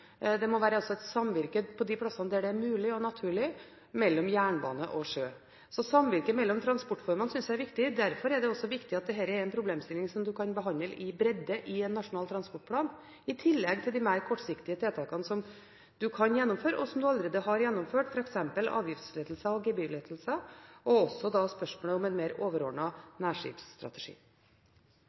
det må være et samvirke mellom jernbane og sjø på de plassene hvor det er mulig og naturlig. Så samvirket mellom transportformene synes jeg er viktig. Derfor er det også viktig at dette er en problemstilling som man kan behandle i sin fulle bredde i en nasjonal transportplan, i tillegg til de mer kortsiktige tiltakene som man kan gjennomføre, og som man allerede har gjennomført, f.eks. avgiftslettelser og gebyrlettelser, og også spørsmålet om en mer overordnet nærskipsstrategi.